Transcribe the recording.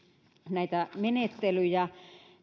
näitä menettelyjä